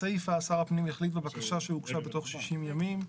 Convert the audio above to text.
הסעיף "שר הפנים יחליט בבקשה שהוגשה בתוך 60 ימים".